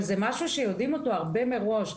אבל זה משהו שיודעים אותו הרבה מראש.